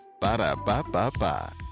Ba-da-ba-ba-ba